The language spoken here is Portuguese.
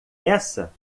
essa